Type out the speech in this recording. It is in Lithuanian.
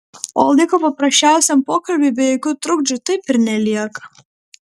o laiko paprasčiausiam pokalbiui be jokių trukdžių taip ir nelieka